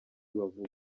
bavuga